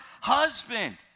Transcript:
husband